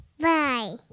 Bye